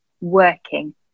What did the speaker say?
working